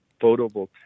photovoltaic